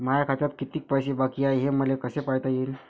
माया खात्यात किती पैसे बाकी हाय, हे मले कस पायता येईन?